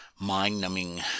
mind-numbing